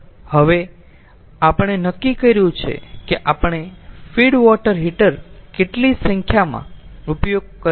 હવે આપણે નક્કી કર્યું છે કે આપણે ફીડ વોટર હીટર કેટલી સંખ્યામાં ઉપયોગ કરીશું